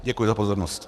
Děkuji za pozornost.